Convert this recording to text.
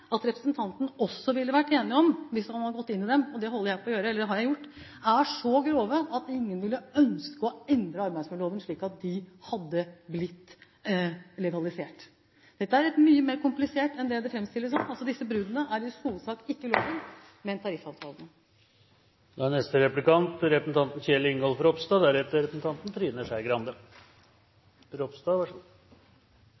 at representanten – hvis han hadde gått inn i dem, som jeg har gjort – også ville vært enig i er så grove at ingen ville ønske å endre arbeidsmiljøloven slik at de hadde blitt legalisert. Dette er mye mer komplisert enn det framstilles som. Disse bruddene er i hovedsak ikke på loven, men på tariffavtalene. Jeg tror vi kan være enige om at det å endre arbeidsmiljøloven bare på grunn av brudd ikke er